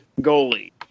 goalie